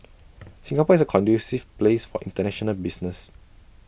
Singapore is A conducive place for International business